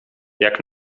jak